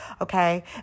okay